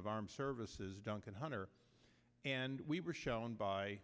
of armed services duncan hunter and we were shown by